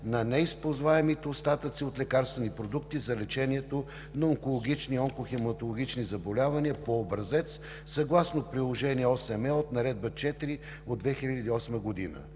на неизползваемите остатъци от лекарствени продукти за лечението на онкологични/онкохематологични заболявания по образец съгласно Приложение № 8е от Наредба № 4 от 2008 г.